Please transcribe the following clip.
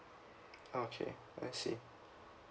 okay I see